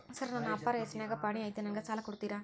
Sir ನನ್ನ ಅಪ್ಪಾರ ಹೆಸರಿನ್ಯಾಗ್ ಪಹಣಿ ಐತಿ ನನಗ ಸಾಲ ಕೊಡ್ತೇರಾ?